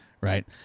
Right